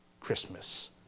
Christmas